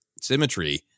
symmetry